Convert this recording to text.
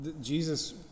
Jesus